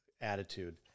attitude